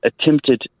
attempted